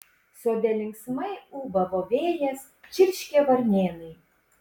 sode linksmai ūbavo vėjas čirškė varnėnai